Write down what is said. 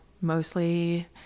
mostly